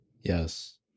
Yes